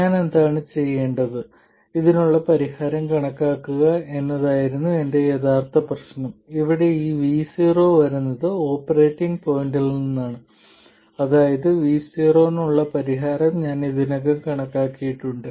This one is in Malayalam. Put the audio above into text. ഞാൻ എന്താണ് ചെയ്യേണ്ടത് ഇതിനുള്ള പരിഹാരം കണക്കാക്കുക എന്നതായിരുന്നു എന്റെ യഥാർത്ഥ പ്രശ്നം ഇവിടെ ഈ V0 വരുന്നത് ഓപ്പറേറ്റിംഗ് പോയിന്റിൽ നിന്നാണ് അതായത് V0 നുള്ള പരിഹാരം ഞാൻ ഇതിനകം കണക്കാക്കിയിട്ടുണ്ട്